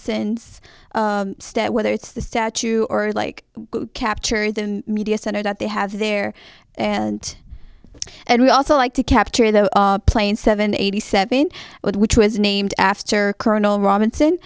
step whether it's the statue or the like capture the media center that they have there and and we also like to capture the plane seven eighty seven which was named after colonel robinson